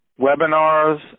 webinars